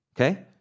Okay